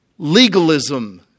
Legalism